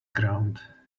ground